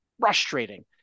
frustrating